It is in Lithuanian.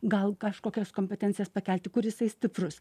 gal kažkokias kompetencijas pakelti kur jisai stiprus